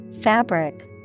fabric